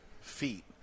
feet